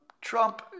Trump